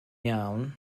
iawn